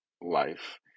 life